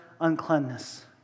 uncleanness